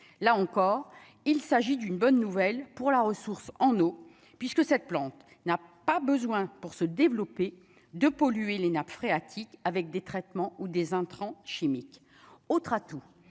là encore, il s'agit d'une bonne nouvelle pour la ressource en eau, puisque cette plante n'a pas besoin pour se développer, de polluer les nappes phréatiques, avec des traitements ou des intrants chimiques autre atout